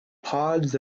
pods